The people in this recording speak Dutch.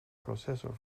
processor